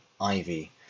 ivy